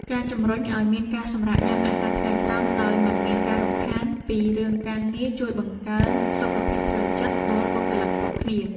ការជំរុញឱ្យមានការសម្រាកញ៉ាំអាហារថ្ងៃត្រង់ដោយមិនមានការរំខានពីរឿងការងារជួយបង្កើនសុខភាពផ្លូវចិត្តដល់បុគ្គលិកគ្រប់គ្នា។